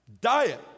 Diet